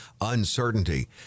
uncertainty